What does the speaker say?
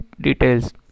details